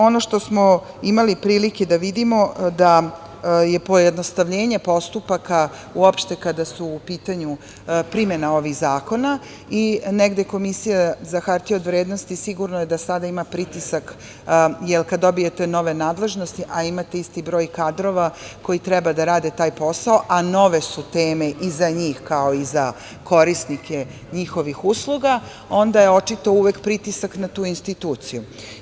Ono što smo imali prilike da vidimo to je pojednostavljenje postupaka uopšte kada je u pitanju primena ovog zakona i negde Komisija za hartije od vrednosti sigurno je da sada ima pritisak, jer kada dobijete nove nadležnosti, a imate isti broj kadrova koji treba da rade taj posao, a nove su teme i za njih, kao i za korisnike njihovih usluga, onda je očito uvek pritisak na tu instituciju.